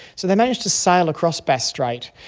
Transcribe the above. so they managed to sail across bass strait,